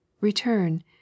return